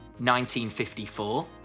1954